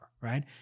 right